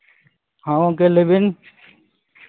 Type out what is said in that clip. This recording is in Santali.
ᱦᱚᱸ ᱜᱚᱢᱠᱮ ᱞᱟᱹᱭ ᱵᱤᱱ